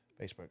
Facebook